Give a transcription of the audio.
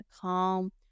calm